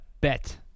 bet